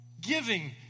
giving